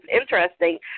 interesting